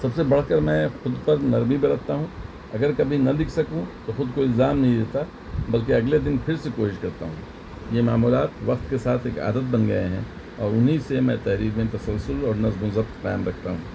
سب سے بڑھ کر میں خود پر نرمی برتا ہوں اگر کبھی نہ لکھ سکوں تو خود کو الزام نہیں دیتا بلکہ اگلے دن پھر سے کوشش کرتا ہوں یہ معمولات وقت کے ساتھ ایک عادت بن گئے ہیں اور انہیں سے میں تحریر میں تسلسل اور نظم و ضبط قائم رکھتا ہوں